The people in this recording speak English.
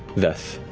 veth,